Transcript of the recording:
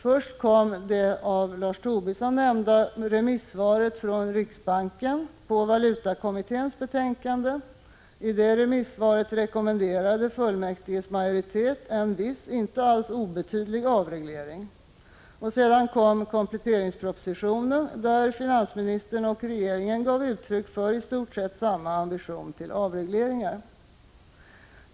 Först kom det av Lars Tobisson nämnda remissvaret från riksbanken på valutakommitténs betänkande. I det remissvaret rekommenderade fullmäktiges majoritet en viss, inte alls obetydlig avreglering. Sedan kom kompletteringspropositionen, där finansministern och regeringen gav uttryck för i stort sett samma ambition till avregleringar.